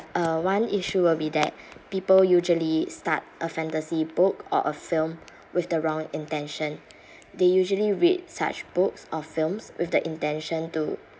uh one issue will be that people usually start a fantasy book or a film with the wrong intention they usually read such books or films with the intention to